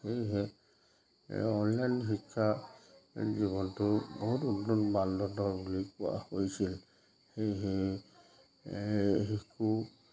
সেয়েহে এই অনলাইন শিক্ষাৰ জীৱনটো বহুত উন্নত মানদণ্ডৰ বুলি কোৱা হৈছিল সেয়েহে এই শিশু